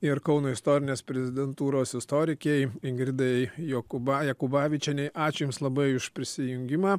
ir kauno istorinės prezidentūros istorikei ingridai jokūbai jakubavičienei ačiū jums labai už prisijungimą